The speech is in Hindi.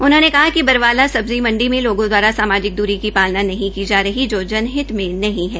उन्होंने कहा कि बरवाला सब्जी मण्डी में लोगों दवारा सामाजिक दूरी की पालना नहीं की जा रही जो जनहित में नहीं है